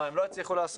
מה הם לא הצליחו לעשות?